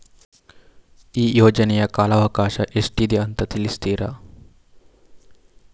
ಈ ಯೋಜನೆಯ ಕಾಲವಕಾಶ ಎಷ್ಟಿದೆ ಅಂತ ತಿಳಿಸ್ತೀರಾ?